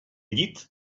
llit